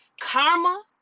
Karma